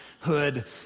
hood